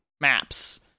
maps